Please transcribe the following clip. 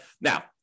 Now